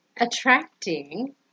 attracting